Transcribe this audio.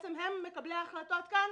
שבעצם הם מקבלי ההחלטות כאן,